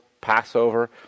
Passover